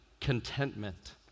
contentment